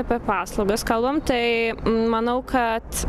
apie paslaugas kalbam tai manau kad